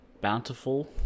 Bountiful